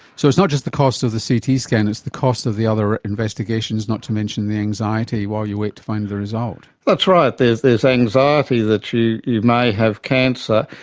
so it's not just the cost of the ct scan, it's the cost of the other investigations, not to mention the anxiety while you wait to find the result. that's right, there's there's anxiety that you you may have cancer,